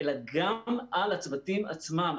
אלא גם על הצוותים עצמם.